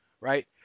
right